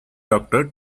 doctor